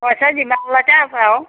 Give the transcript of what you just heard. পইছা যিমানলৈকে আছে আৰু